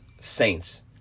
saints